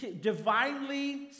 divinely